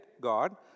God